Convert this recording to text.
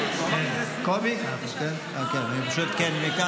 האבא יושב.